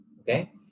Okay